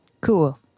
Cool